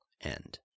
END